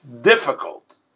difficult